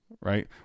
right